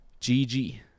GG